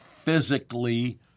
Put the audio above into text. physically